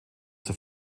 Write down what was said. zur